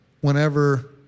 whenever